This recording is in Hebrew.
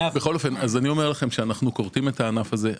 אנחנו כורתים את הענף הזה.